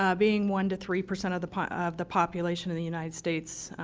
ah being one to three percent of the of the population of the united states,